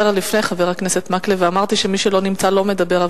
לפני חבר הכנסת מקלב ואמרתי שמי לא נמצא לא מדבר.